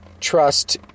trust